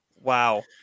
Wow